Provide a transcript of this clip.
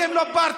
אתם לא פרטנר.